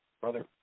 Brother